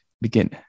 begin